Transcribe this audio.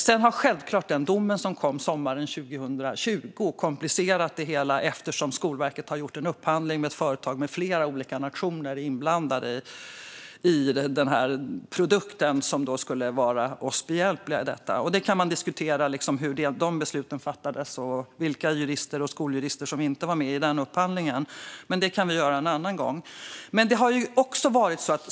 Sedan har självklart den dom som kom sommaren 2020 komplicerat det hela, eftersom Skolverket har gjort en upphandling med ett företag där flera olika nationer är inblandade i produkten som skulle vara oss behjälplig i detta. Man kan diskutera hur de besluten fattades och vilka jurister och skoljurister som inte var med i upphandlingen, men det kan vi göra en annan gång.